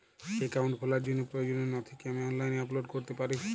Account খোলার জন্য প্রয়োজনীয় নথি কি আমি অনলাইনে আপলোড করতে পারি?